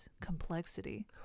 complexity